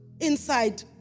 inside